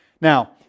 Now